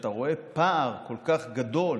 כשאתה רואה פער כל כך גדול